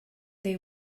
they